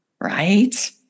right